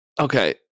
Okay